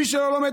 מי שלא לומד,